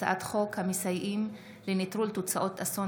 הצעת חוק המסייעים לנטרול תוצאות אסון